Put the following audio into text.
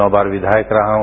नौ बार विधायक रहा हूं